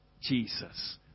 Jesus